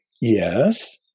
yes